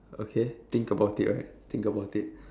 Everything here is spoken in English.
okay think about it right think about it